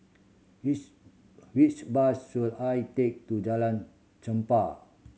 which which bus should I take to Jalan